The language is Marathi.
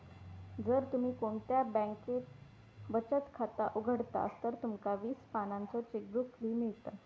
जर तुम्ही कोणत्या बॅन्केत बचत खाता उघडतास तर तुमका वीस पानांचो चेकबुक फ्री मिळता